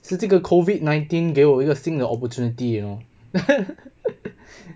是这个 COVID nineteen 给我一个新的 opportunity you know